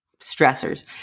stressors